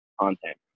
content